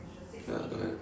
ya don't have